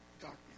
darkness